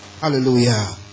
Hallelujah